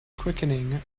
quickening